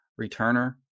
returner